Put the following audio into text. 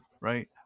right